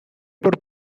por